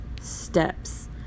steps